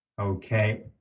Okay